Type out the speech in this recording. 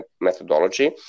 methodology